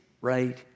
right